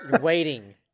Waiting